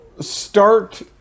start